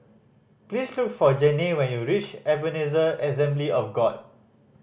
please look for Janay when you reach Ebenezer Assembly of God